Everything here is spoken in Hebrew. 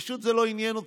פשוט זה לא עניין אתכם.